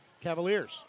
Cavaliers